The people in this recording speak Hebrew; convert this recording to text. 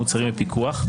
מוצרים בפיקוח,